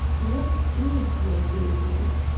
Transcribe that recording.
what is your business?